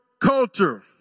culture